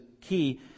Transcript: key